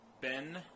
Ben